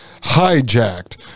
hijacked